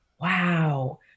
wow